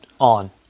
on